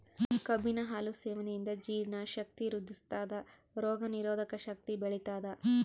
ಕಬ್ಬಿನ ಹಾಲು ಸೇವನೆಯಿಂದ ಜೀರ್ಣ ಶಕ್ತಿ ವೃದ್ಧಿಸ್ಥಾದ ರೋಗ ನಿರೋಧಕ ಶಕ್ತಿ ಬೆಳಿತದ